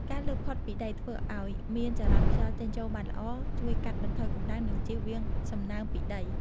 ការលើកផុតពីដី ធ្វើឲ្យមានចរន្តខ្យល់ចេញចូលបានល្អ ជួយកាត់បន្ថយកម្ដៅ និងជៀសវាងសំណើមពីដី ។